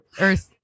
earth